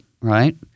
Right